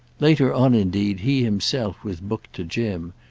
later on indeed he himself was booked to jim,